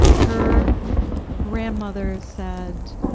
her grandmother said